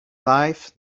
life